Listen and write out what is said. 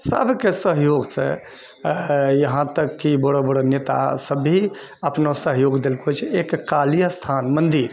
सभके सहयोगसँ यहाँ तक कि बड़ो बड़ो नेतासभ भी अपनो सहयोग देलको छै एक काली स्थान मन्दिर